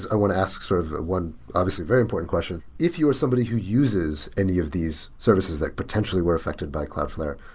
i want to ask sort of one obviously very important question. if you're somebody who uses any of these services that potentially were affected by cloudflare,